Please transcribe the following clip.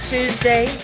Tuesday